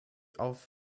auf